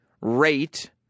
rate